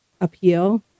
appeal